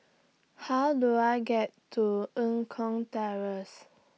How Do I get to Eng Kong Terrace